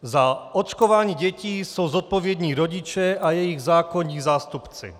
Za očkování dětí jsou zodpovědní rodiče a jejich zákonní zástupci.